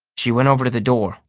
she went over to the door,